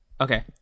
Okay